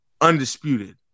undisputed